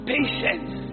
Patience